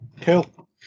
Cool